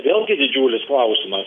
vėlgi didžiulis klausimas